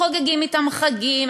חוגגים אתם חגים,